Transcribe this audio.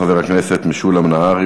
חבר הכנסת משולם נהרי,